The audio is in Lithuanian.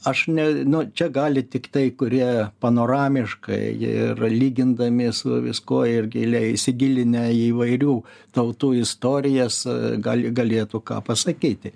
aš ne nu čia gali tiktai kurie panoramiškai ir lygindami su viskuo ir giliai įsigilinę į įvairių tautų istorijas gal galėtų ką pasakyti